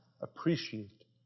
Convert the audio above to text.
appreciate